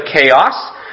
chaos